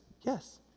yes